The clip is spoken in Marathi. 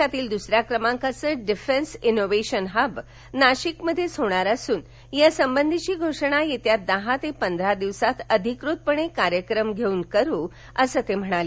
देशातील दुसऱ्या क्रमांकाचं डिफेन्स इनोवेशन हव नाशिकमध्येच होणार असून यासंबंधीची घोषणा येत्या दहा ते पंधरा दिवसात अधिकृतपणे कार्यक्रम घेऊन करू असं ते म्हणाले